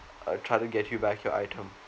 uh try to get you back your item